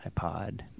iPod